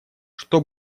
что